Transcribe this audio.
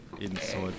inside